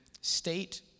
state